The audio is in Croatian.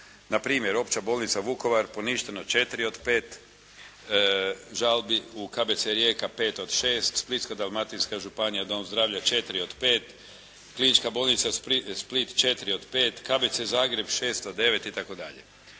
Na primjer, Opća bolnica Vukovar poništeno četiri od pet žalbi, u KBC Rijeka pet od šest, Splitsko-dalmatinska županija dom zdravlja četiri od pet, Klinička bolnica Split četiri od pet, KBC Zagreb šest od